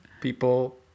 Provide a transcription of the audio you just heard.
people